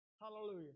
Hallelujah